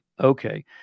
okay